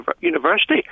University